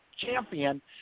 champion